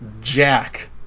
Jack